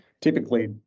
Typically